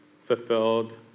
fulfilled